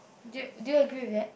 do you do you agree with that